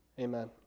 amen